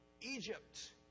Egypt